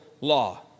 Law